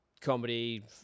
comedy